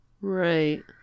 Right